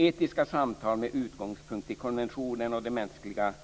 Etiska samtal med utgångspunkt i konventionen om de mänskliga